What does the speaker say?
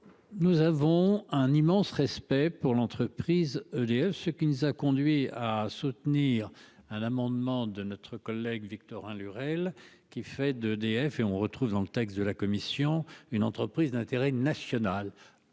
Nous avons un immense respect pour l'entreprise EDF ce qui nous a conduits à soutenir un amendement de notre collègue Victorin Lurel qui fait d'EDF et on. Dans le texte de la commission, une entreprise d'intérêt national,